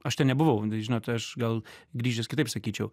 aš ten nebuvau žinot aš gal grįžęs kitaip sakyčiau